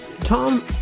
tom